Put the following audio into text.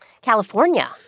California